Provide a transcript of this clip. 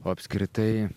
o apskritai